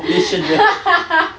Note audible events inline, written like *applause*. *laughs*